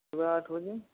सुबह आठ बजे